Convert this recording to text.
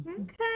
Okay